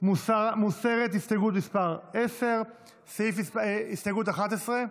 מוסרת הסתייגות מס' 10. הסתייגויות 11?